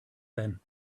then